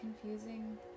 confusing